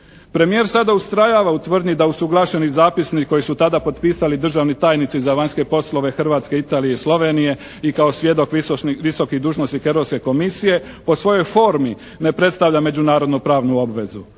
Premijer sada ustrajava u tvrdnji da usuglašeni zapisnik koji su tada potpisali državni tajnici za vanjske poslove Hrvatske, Italije i Slovenije i kao svjedok visoki dužnosnik Europske komisije, po svojoj formi ne predstavlja međunarodno pravnu obvezu.